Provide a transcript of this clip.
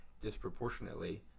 disproportionately